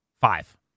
Five